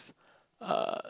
uh